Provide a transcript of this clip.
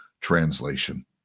translation